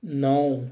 نَو